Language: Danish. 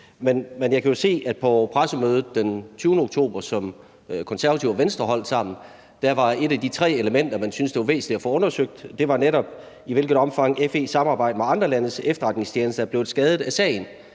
Men jeg kan jo se, at på pressemødet den 20. oktober, som Konservative og Venstre holdt sammen, var et af de tre elementer, som man syntes det var væsentligt at få undersøgt, netop i hvilket omfang FE's samarbejde med andre landes efterretningstjenester var blevet skadet af sagen.